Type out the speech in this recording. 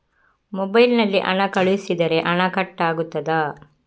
Mobile ನಲ್ಲಿ ಹಣ ಕಳುಹಿಸಿದರೆ ಹಣ ಕಟ್ ಆಗುತ್ತದಾ?